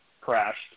crashed